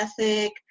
ethic